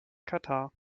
katar